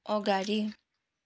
अगाडि